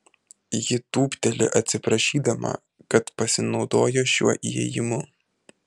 ji tūpteli atsiprašydama kad pasinaudojo šiuo įėjimu